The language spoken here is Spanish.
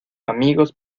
amigos